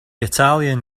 italian